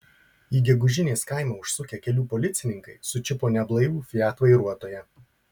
į gegužinės kaimą užsukę kelių policininkai sučiupo neblaivų fiat vairuotoją